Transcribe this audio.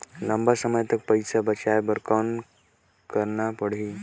लंबा समय तक पइसा बचाये बर कौन करना पड़ही?